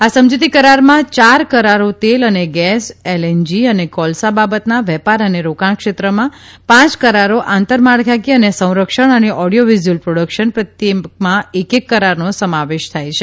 આ સમજૂતી કરારમાં ચાર તેલ અને ગેસ એલએનજી અને કોલસા બાબતના વેપાર અને રોકાણના ક્ષેત્રમાં પાંચ આંતરમાળખાકીય અને સંરક્ષણ અને ઓડિયો વિઝ્યુઅલ પ્રોડકશન પ્રત્યેકમાં એક એક કરારોનો સમાવેશ થાય છે